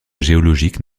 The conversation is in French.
géologique